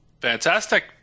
Fantastic